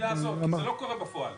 כי זה לא קורה בפועל.